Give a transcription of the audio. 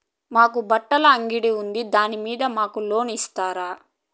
మాకు బట్టలు అంగడి ఉంది దాని మీద మాకు లోను ఇస్తారా